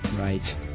Right